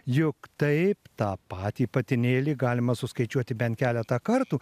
juk taip tą patį patinėlį galima suskaičiuoti bent keletą kartų